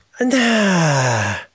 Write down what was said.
Nah